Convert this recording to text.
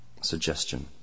Suggestion